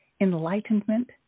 Enlightenment